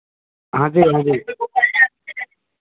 हाँ जी हाँ जी